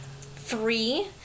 three